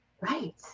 right